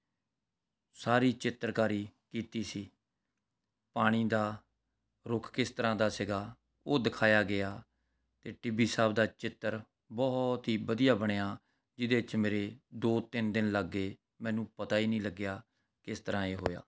ਸਾਰੀ ਚਿੱਤਰਕਾਰੀ ਕੀਤੀ ਸੀ ਪਾਣੀ ਦਾ ਰੁੱਖ ਕਿਸ ਤਰ੍ਹਾਂ ਦਾ ਸੀਗਾ ਉਹ ਦਿਖਾਇਆ ਗਿਆ ਅਤੇ ਟਿੱਬੀ ਸਾਹਿਬ ਦਾ ਚਿੱਤਰ ਬਹੁਤ ਹੀ ਵਧੀਆ ਬਣਿਆ ਜਿਹਦੇ 'ਚ ਮੇਰੇ ਦੋ ਤਿੰਨ ਦਿਨ ਲੱਗ ਗਏ ਮੈਨੂੰ ਪਤਾ ਹੀ ਨਹੀਂ ਲੱਗਿਆ ਕਿਸ ਤਰ੍ਹਾਂ ਇਹ ਹੋਇਆ